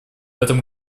этом